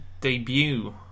debut